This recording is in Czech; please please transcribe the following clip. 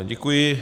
Děkuji.